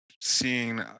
seeing